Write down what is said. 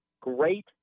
Great